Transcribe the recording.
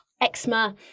eczema